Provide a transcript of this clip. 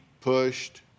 pushed